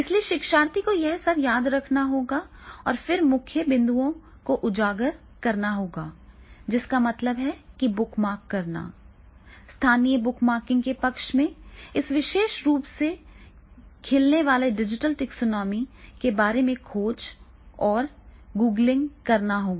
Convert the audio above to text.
इसलिए शिक्षार्थी को यह सब याद रखना होगा और फिर मुख्य बिंदुओं को उजागर करना होगा जिसका मतलब है कि बुकमार्क करना स्थानीय बुकमार्किंग के पक्ष में इस विशेष रूप से खिलने वाले डिजिटल टैक्सोनॉमी के मामले में खोज और गुगली करना होगा